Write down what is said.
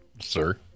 Sir